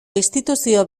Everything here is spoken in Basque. instituzio